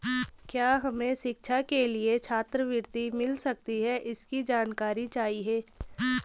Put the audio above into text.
क्या हमें शिक्षा के लिए छात्रवृत्ति मिल सकती है इसकी जानकारी चाहिए?